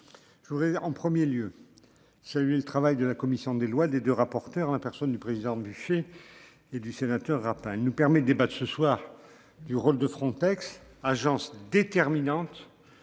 Je voudrais en 1er lieu. Celui du travail de la commission des lois des deux rapporteurs, la personne du président. Et du sénateur Raphaël nous permet de débat de ce soir, du rôle de Frontex agence déterminante